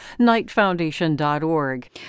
Knightfoundation.org